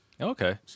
Okay